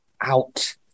out